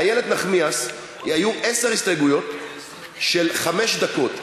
לאיילת נחמיאס היו עשר הסתייגויות של חמש דקות.